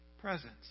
presence